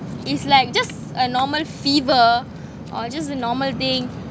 is like just a normal fever or just a normal thing